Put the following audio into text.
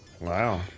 Wow